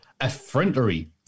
effrontery